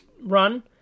run